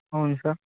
అవును సార్